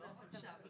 מוסדרים שם,